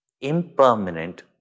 impermanent